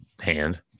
hand